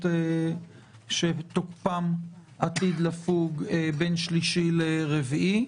שתוקפם עתיד לפוג בין שלישי לרביעי,